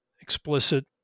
Explicit